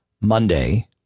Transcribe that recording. Monday